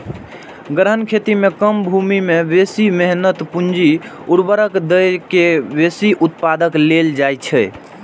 गहन खेती मे कम भूमि मे बेसी मेहनत, पूंजी, उर्वरक दए के बेसी उत्पादन लेल जाइ छै